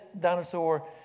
dinosaur